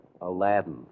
Aladdin